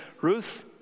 Ruth